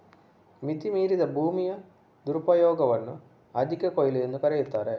ಮಿತಿ ಮೀರಿದ ಭೂಮಿಯ ದುರುಪಯೋಗವನ್ನು ಅಧಿಕ ಕೊಯ್ಲು ಎಂದೂ ಕರೆಯುತ್ತಾರೆ